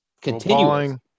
continuing